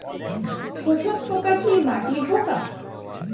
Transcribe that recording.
শোষক পোকা কি মাটির পোকা?